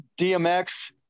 DMX